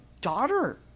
daughter